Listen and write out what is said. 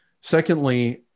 Secondly